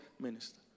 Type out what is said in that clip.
Minister